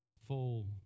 Full